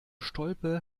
stolpe